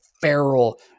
feral